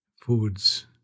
foods